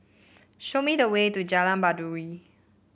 show me the way to Jalan Baiduri